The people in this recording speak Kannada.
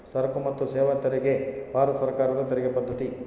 ಸರಕು ಮತ್ತು ಸೇವಾ ತೆರಿಗೆ ಭಾರತ ಸರ್ಕಾರದ ತೆರಿಗೆ ಪದ್ದತಿ